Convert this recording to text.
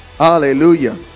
Hallelujah